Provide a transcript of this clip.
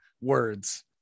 words